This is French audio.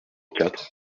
quatre